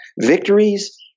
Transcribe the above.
victories